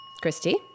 Christy